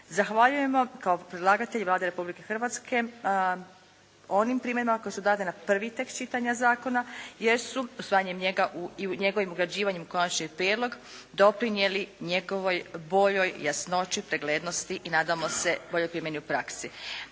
Zahvaljujem vam kao predlagatelj Vlade Republike Hrvatske na onim primjedbama koje su date na prvi tekst čitanja zakona jer su usvajanjem njega u, i njegovim ugrađivanjem u konačni prijedlog doprinijeli njegovoj boljoj jasnoći, preglednosti i nadamo se boljoj primjeni u praksi.